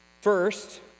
First